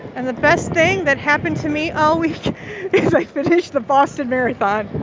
and the best thing that happened to me all week is i finished the boston marathon.